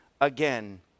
again